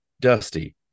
Dusty